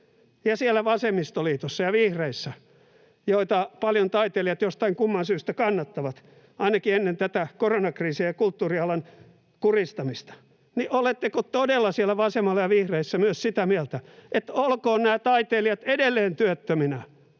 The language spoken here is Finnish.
siellä vasemmistoliitossa ja vihreissä, joita paljon taiteilijat jostain kumman syytä kannattavat — ainakin ennen tätä koronakriisiä ja kulttuurialan kuristamista — todella sitä mieltä, että olkoot nämä taiteilijat edelleen työttöminä